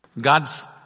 God's